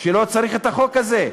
לא צריך את החוק הזה.